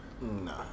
No